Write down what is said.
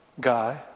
guy